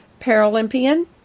Paralympian